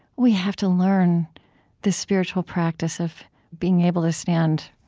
we have to learn the spiritual practice of being able to stand